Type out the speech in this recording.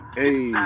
hey